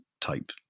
type